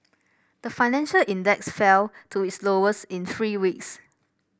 the financial index fell to its lowest in three weeks